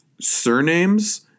surnames